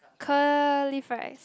curly fries